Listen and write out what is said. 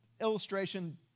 illustration